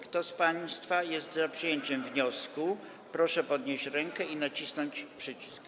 Kto z państwa jest za przyjęciem wniosku, proszę podnieść rękę i nacisnąć przycisk.